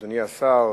אדוני השר,